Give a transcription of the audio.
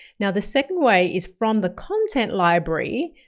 now the second way is from the content library.